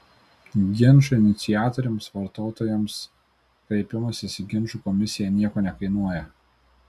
ginčo iniciatoriams vartotojams kreipimasis į ginčų komisiją nieko nekainuoja